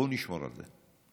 בואו נשמור על זה.